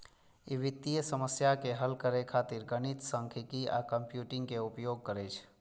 ई वित्तीय समस्या के हल करै खातिर गणित, सांख्यिकी आ कंप्यूटिंग के उपयोग करै छै